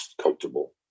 comfortable